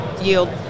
yield